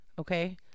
Okay